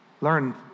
Learn